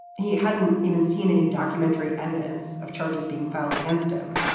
he hasn't even seen any documentary evidence of charges being filed against him,